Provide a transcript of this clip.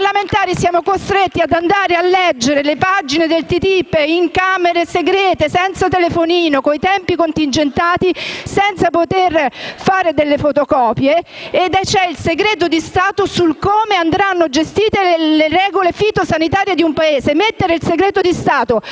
siamo costretti ad andare a leggere le pagine del TTIP in camere segrete, privi di telefonino e con tempi contingentati, senza la possibilità di fare delle fotocopie. C'è il segreto di Stato sulla gestione delle regole fitosanitarie di un Paese.